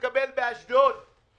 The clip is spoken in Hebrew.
באשדוד הפסיקו לקבל כרטיסים.